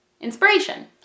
Inspiration